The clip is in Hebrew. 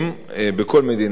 בכל מדינה יש פערים,